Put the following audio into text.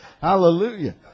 hallelujah